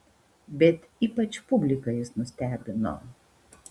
bet ypač publiką jis nustebino